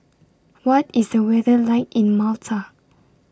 What IS The weather like in Malta